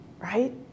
Right